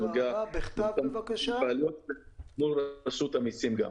אחרי שאבדוק את זה גם מול רשות המיסים.